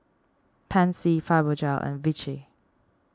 Pansy Fibogel and Vichy